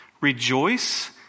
Rejoice